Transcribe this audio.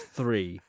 three